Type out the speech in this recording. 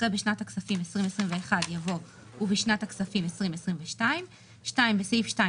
אחרי "בשנת הכספים 2021" יבוא "ובשנת הכספים 2022"; בסעיף 2,